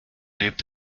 lebt